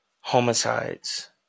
homicides